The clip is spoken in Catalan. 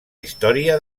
història